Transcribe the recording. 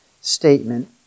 statement